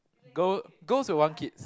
girl girls will want kids